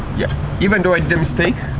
yeah even though i did a mistake,